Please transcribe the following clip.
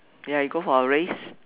ya you go for a race